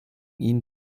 ihnen